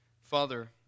Father